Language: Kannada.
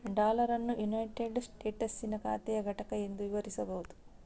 ಡಾಲರ್ ಅನ್ನು ಯುನೈಟೆಡ್ ಸ್ಟೇಟಸ್ಸಿನ ಖಾತೆಯ ಘಟಕ ಎಂದು ವಿವರಿಸಬಹುದು